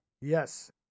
Yes